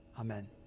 Amen